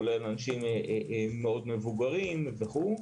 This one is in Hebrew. כולל אנשים מאוד מבוגרים וכו',